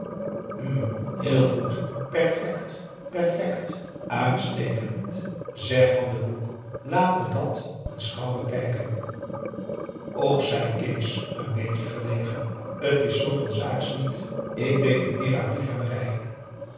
heel goed perfect perfect uitstekend zeg van den broek laat me dat eens gauw kijken och zei kees n beetje verlegen t is zooveel zaaks niet ik deed het meer uit liefhebberij